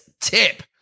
tip